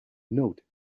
note